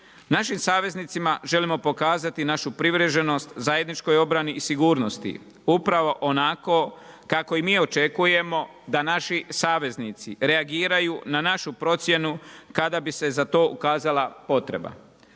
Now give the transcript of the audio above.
Našim saveznicima želimo pokazati našu privrženost zajedničkoj obrani i sigurnosti, upravo onako kako i mi očekujemo da naši saveznici reagiraju na našu procjenu kada bi se za to ukazala potreba.